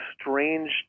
strange